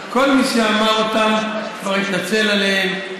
כל מי שאמר אותן כבר התנצל עליהן,